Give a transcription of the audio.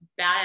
badass